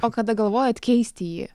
o kada galvojot keisti jį